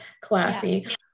classy